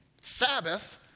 Sabbath